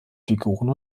figuren